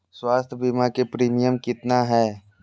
स्वास्थ बीमा के प्रिमियम कितना है?